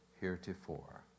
heretofore